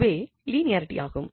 இதுவே லீனியரிட்டி ஆகும்